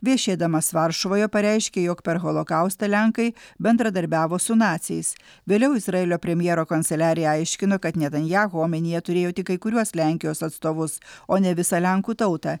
viešėdamas varšuvoje pareiškė jog per holokaustą lenkai bendradarbiavo su naciais vėliau izraelio premjero kanceliarija aiškino kad netanjaho omenyje turėjo tik kai kuriuos lenkijos atstovus o ne visą lenkų tautą